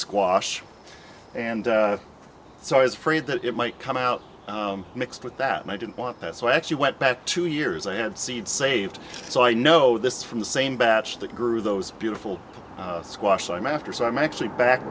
squash and so i was fried that it might come out mixed with that i didn't want that so i actually went back two years i have seed saved so i know this from the same batch that grew those beautiful squash i'm after so i'm actually back